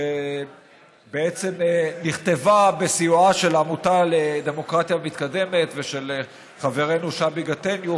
שבעצם נכתבה בסיועה של העמותה לדמוקרטיה מתקדמת ושל חברנו שבי גטניו,